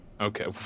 Okay